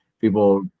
people